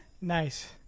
Nice